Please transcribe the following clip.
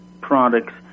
products